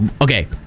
okay